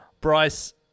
Bryce